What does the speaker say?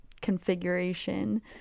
configuration